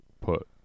put